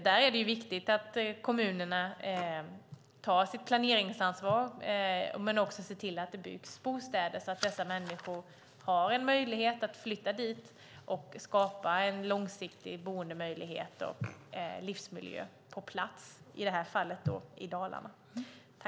Det är viktigt att kommunerna tar sitt planeringsansvar och ser till att det byggs bostäder så att människor har möjlighet att flytta dit och skapa en långsiktig boende och livsmiljö, i det här fallet i Dalarna.